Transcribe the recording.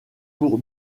pour